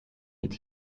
mit